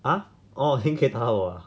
!huh! orh king K tower